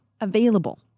available